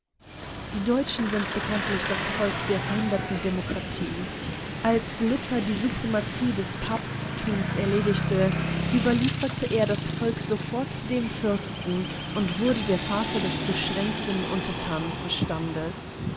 die deutschen sind bekanntlich das volk der verhinderten demokratie als luther die suprematie des papsttums erledigte überlieferte er das volk sofort den fürsten und wurde der vater des beschränkten